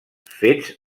fets